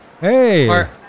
Hey